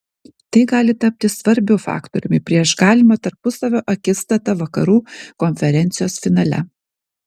tai gali tapti svarbiu faktoriumi prieš galimą tarpusavio akistatą vakarų konferencijos finale